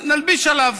נלביש עליו,